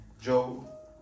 Joe